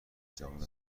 جهان